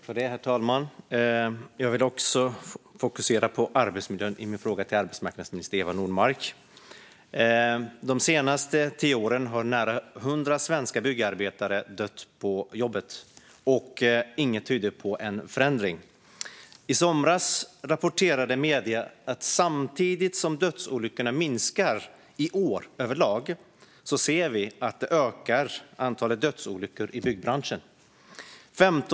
Herr talman! Också jag vill fokusera på arbetsmiljön i min fråga till arbetsmarknadsminister Eva Nordmark. De senaste tio åren har nära 100 svenska byggnadsarbetare dött på jobbet, och inget tyder på en förändring. I somras rapporterades i medierna att samtidigt som dödsolyckorna minskar i år överlag ser vi att antalet dödsolyckor i byggbranschen ökar.